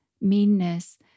meanness